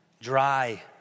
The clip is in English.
dry